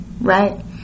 Right